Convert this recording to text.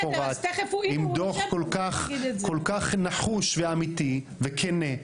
עם דו"ח כל כך נחוש ואמיתי וכנה,